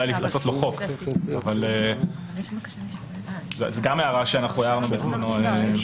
זאת גם הערה שהערנו בזמנו.